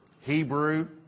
Hebrew